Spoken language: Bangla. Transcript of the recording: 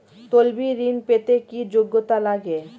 তলবি ঋন পেতে কি যোগ্যতা লাগে?